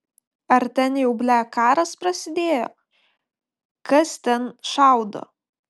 ar ten jau ble karas prasidėjo kas ten šaudo